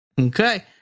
Okay